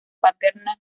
paterna